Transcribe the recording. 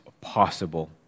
possible